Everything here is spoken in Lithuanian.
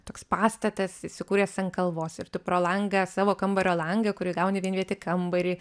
toks pastatas įsikūręs ant kalvos ir tu pro langą savo kambario langą kurį gauni vienvietį kambarį